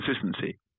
consistency